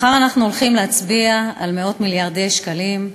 מחר אנחנו הולכים להצביע על מאות מיליארדי שקלים.